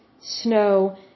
Snow